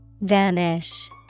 Vanish